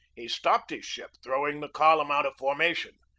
he stopped his ship, throwing the column out of formation.